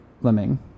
lemming